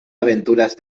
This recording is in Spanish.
aventuras